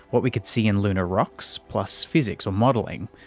what we could see in lunar rocks, plus physics or modelling,